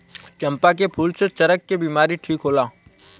चंपा के फूल से चरक के बिमारी ठीक होला